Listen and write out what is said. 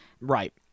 Right